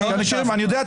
אני יודע,